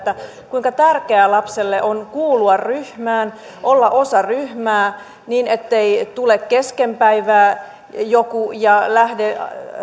kuinka tärkeää lapselle on kuulua ryhmään olla osa ryhmää niin ettei tule joku kesken päivää ja lähde joku